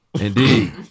Indeed